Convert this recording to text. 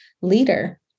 leader